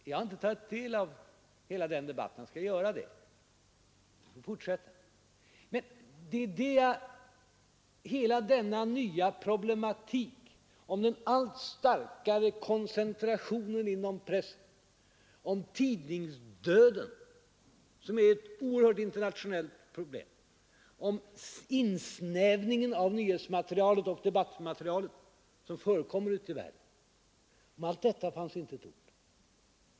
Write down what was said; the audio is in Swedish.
Jag har inte tagit del av hela den debatten, Jag skall göra det i fortsättningen. Hela denna nya problematik om den allt starkare koncentrationen inom pressen, om tidningsdöden, som är ett oerhört internationellt problem, om insnävningen av nyhetsmaterialet och debattmaterialet, som förekommer ute i världen, berördes inte med ett enda ord i herr Heléns anförande.